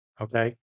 Okay